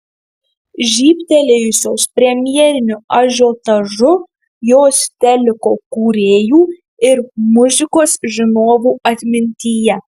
žybtelėjusios premjeriniu ažiotažu jos teliko kūrėjų ir muzikos žinovų atmintyje